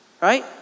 right